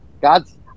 god's